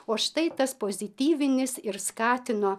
o štai tas pozityvinis ir skatino